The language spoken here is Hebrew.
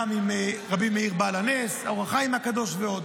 גם עם רבי מאיר בעל הנס, אור החיים הקדוש ועוד.